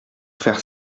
faire